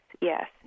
Yes